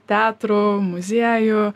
teatrų muziejų